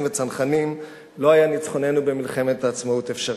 וצנחנים לא היה ניצחוננו במלחמת העצמאות אפשרי.